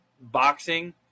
boxing